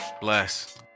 bless